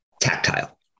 tactile